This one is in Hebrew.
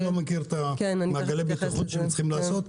אני לא מכיר את מעגלי הבטיחות שהם צריכים לעשות,